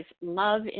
love